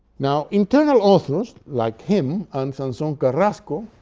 now, internal authors, like him and sanson carrasco,